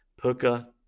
Puka